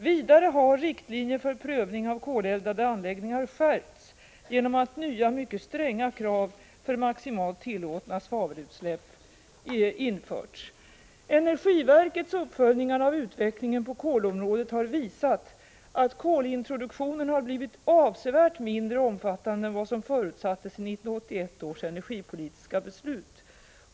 Vidare har riktlinjer för prövning av koleldade anläggningar skärpts genom att nya mycket stränga krav för maximalt tillåtna svavelutsläpp införts. Energiverkets uppföljningar av utvecklingen på kolområdet har visat att kolintroduktionen har blivit avsevärt mindre omfattande än vad som förutsattes i 1981 års energipolitiska beslut.